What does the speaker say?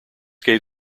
gave